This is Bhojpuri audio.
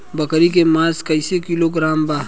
बकरी के मांस कईसे किलोग्राम बा?